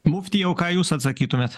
muftijau ką jūs atsakytumėt